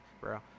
bro